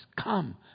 Come